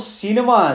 cinema